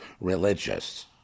religious